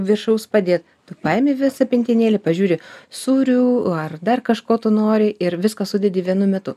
viršaus padėt tu paimi visą pintinėlę pažiūri sūrių ar dar kažko tu nori ir viską sudedi vienu metu